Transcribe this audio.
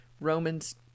romans